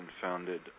founded